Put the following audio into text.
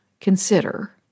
consider